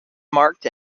marked